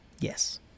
Yes